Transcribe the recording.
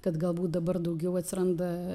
kad galbūt dabar daugiau atsiranda